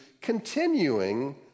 continuing